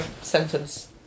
sentence